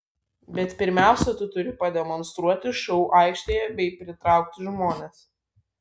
bet pirmiausia tu turi pademonstruoti šou aikštėje bei pritraukti žmones